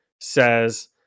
says